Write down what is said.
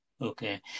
Okay